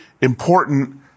important